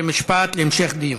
חוק ומשפט להמשך דיון.